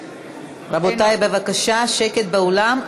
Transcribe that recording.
רבותי, בבקשה שקט באולם.